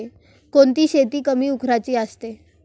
कोणती शेती कमी खर्चाची असते?